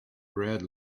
red